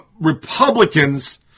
Republicans